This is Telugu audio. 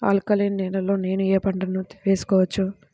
ఆల్కలీన్ నేలలో నేనూ ఏ పంటను వేసుకోవచ్చు?